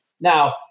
now